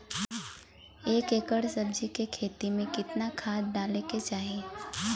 एक एकड़ सब्जी के खेती में कितना खाद डाले के चाही?